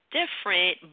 different